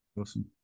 awesome